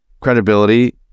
credibility